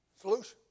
Solution